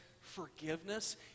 forgiveness